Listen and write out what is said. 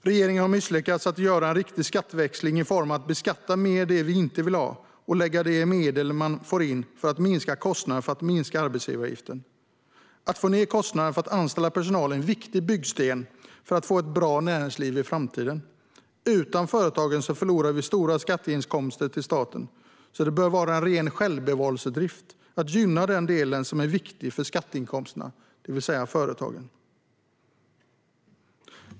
Regeringen har misslyckats med att göra en riktig skatteväxling i form av att beskatta det som vi inte vill ha mer och lägga de medel man får in på att minska arbetsgivaravgiften. Att få ned kostnaden för att anställa personal är en viktig byggsten för att få ett bra näringsliv i framtiden. Utan företagen förlorar vi stora skatteinkomster till staten. Det bör vara en ren självbevarelsedrift att gynna den del som är viktig för skatteinkomsterna, det vill säga företagen.